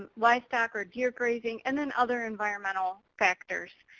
livestock or deer grazing. and then other environmental factors.